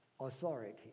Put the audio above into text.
authority